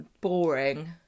boring